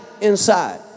inside